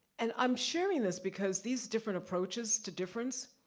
and i'm sharing this because, these different approaches to difference,